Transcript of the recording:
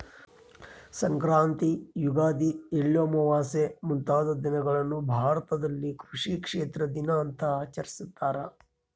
ಸಂಕ್ರಾಂತಿ ಯುಗಾದಿ ಎಳ್ಳಮಾವಾಸೆ ಮುಂತಾದ ದಿನಗಳನ್ನು ಭಾರತದಲ್ಲಿ ಕೃಷಿ ಕ್ಷೇತ್ರ ದಿನ ಅಂತ ಆಚರಿಸ್ತಾರ